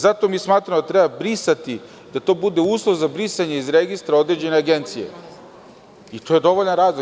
Zato mi smatramo da to treba da bude uslov za brisanje iz registra određene agencije i to je dovoljan razlog.